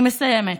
אני מסיימת.